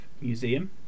Museum